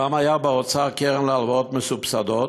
פעם הייתה באוצר קרן להלוואות מסובסדות.